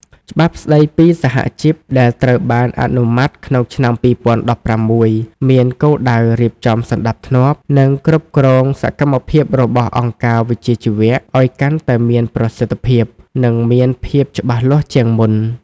ច្បាប់ស្តីពីសហជីពដែលត្រូវបានអនុម័តក្នុងឆ្នាំ ២០១៦ មានគោលដៅរៀបចំសណ្តាប់ធ្នាប់ និងគ្រប់គ្រងសកម្មភាពរបស់អង្គការវិជ្ជាជីវៈឱ្យកាន់តែមានប្រសិទ្ធភាព និងមានភាពច្បាស់លាស់ជាងមុន។